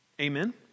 Amen